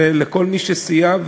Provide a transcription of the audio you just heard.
ולכל מי שסייע,